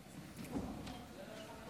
עבור